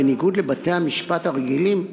בניגוד לבתי-המשפט הרגילים,